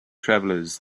travelers